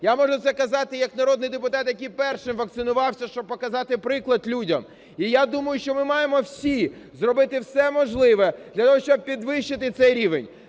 Я можу це казати, як народний депутат, який першим вакцинувався, щоб показати приклад людям. І я думаю, що ми маємо всі зробити все можливе для того, щоб підвищити цей рівень.